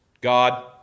God